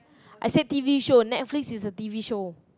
I said t_v show Netflix is a t_v show